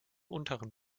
unteren